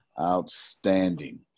outstanding